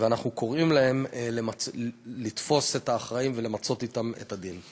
ואנחנו קוראים להם לתפוס את האחראים ולמצות אתם את הדין.